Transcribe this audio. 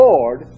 Lord